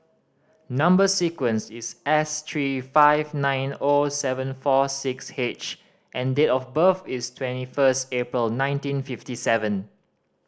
number sequence is S three five nine O seven four six H and date of birth is twenty first April nineteen fifty seven